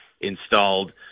installed